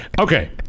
Okay